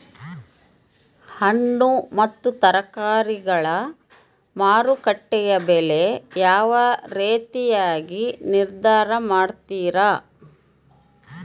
ಹಣ್ಣು ಮತ್ತು ತರಕಾರಿಗಳ ಮಾರುಕಟ್ಟೆಯ ಬೆಲೆ ಯಾವ ರೇತಿಯಾಗಿ ನಿರ್ಧಾರ ಮಾಡ್ತಿರಾ?